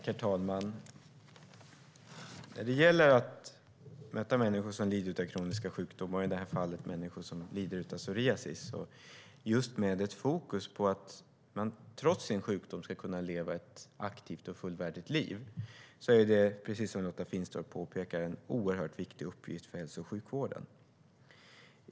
Herr talman! Det gäller att möta människor som lider av kroniska sjukdomar, i det här fallet människor som lider av psoriasis, just med ett fokus på att man trots sin sjukdom ska kunna leva ett aktivt och fullvärdigt liv. Då är det, precis som Lotta Finstorp påpekar, en oerhört viktig uppgift för hälso och sjukvården.